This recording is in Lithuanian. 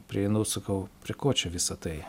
prieinu sakau prie ko čia visa tai